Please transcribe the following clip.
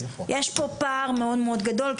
יש פה פער מאוד גדול,